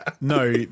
No